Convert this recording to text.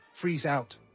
freeze-out